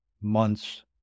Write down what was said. months